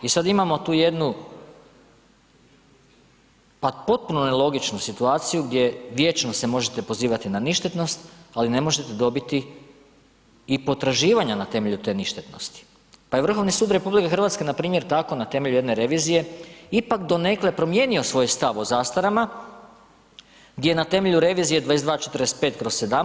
I sad imamo tu jednu pa potpuno nelogičnu situaciju gdje vječno se možete pozivati na ništetnost, ali ne možete dobiti i potraživanja na temelju te ništetnosti pa je Vrhovni sud RH, npr. tako na temelju jedne revizije ipak donekle promijenio svoj stav o zastarama gdje na temelju revizije 2245/